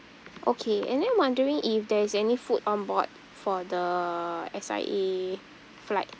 okay and then wondering if there's any food on board for the S_I_A flight